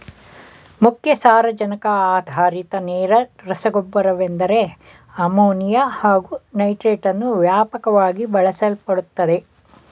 ಮುಖ್ಯ ಸಾರಜನಕ ಆಧಾರಿತ ನೇರ ರಸಗೊಬ್ಬರವೆಂದರೆ ಅಮೋನಿಯಾ ಹಾಗು ನೈಟ್ರೇಟನ್ನು ವ್ಯಾಪಕವಾಗಿ ಬಳಸಲ್ಪಡುತ್ತದೆ